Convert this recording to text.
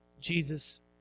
Jesus